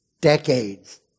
Decades